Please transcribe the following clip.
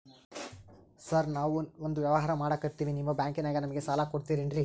Sir ನಾವು ಒಂದು ವ್ಯವಹಾರ ಮಾಡಕ್ತಿವಿ ನಿಮ್ಮ ಬ್ಯಾಂಕನಾಗ ನಮಿಗೆ ಸಾಲ ಕೊಡ್ತಿರೇನ್ರಿ?